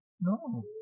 No